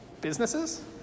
Businesses